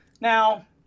Now